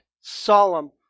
solemn